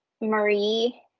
Marie